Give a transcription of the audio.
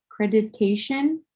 accreditation